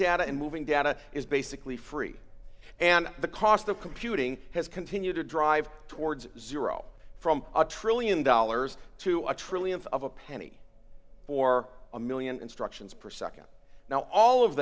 data and moving data is basically free and the cost of computing has continued to drive towards zero from a trillion dollars to a trillionth of a penny for a one million instructions perception now all of